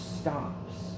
stops